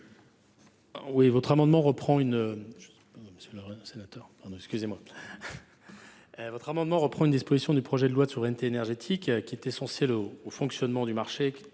? L’amendement reprend une disposition du projet de loi de souveraineté énergétique essentielle au fonctionnement du marché,